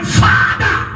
father